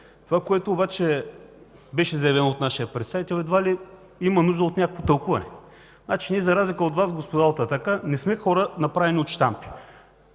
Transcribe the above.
Това, което обаче беше заявено от нашия представител едва ли има нужда от някакво тълкуване. Ние, за разлика от Вас, господа от „Атака”, не сме хора, направени от щампи.